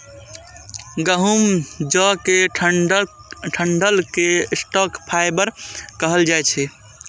गहूम, जौ के डंठल कें स्टॉक फाइबर कहल जाइ छै